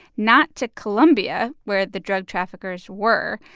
not to colombia, where the drug traffickers were,